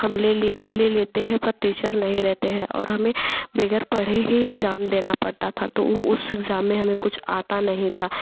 हम लेली ले लेते है पर टीचर नहीं रहते है और हमें वगैर पढ़े ही इग्जाम देना पड़ता था तो उस इग्जाम में हमें कुछ आता नहीं था